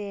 ते